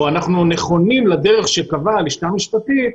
אנחנו נכונים לדרך שקבעה הלשכה המשפטית,